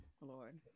Lord